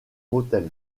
motel